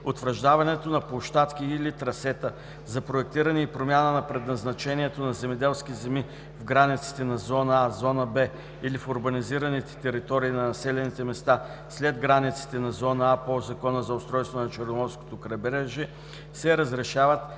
утвърждаването на площадки и/или трасета за проектиране и промяна на предназначението на земеделски земи в границите на зона „А“, зона „Б“ или в урбанизираните територии на населените места след границите на зона „А“ по Закона за устройството на Черноморското крайбрежие, се разрешават